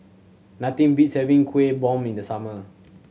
nothing beats having Kuih Bom in the summer